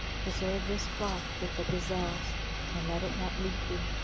preserve this cloth with the gazelles and let it not leave thee,